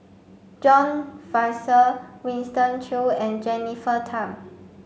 John Fraser Winston Choos and Jennifer Tham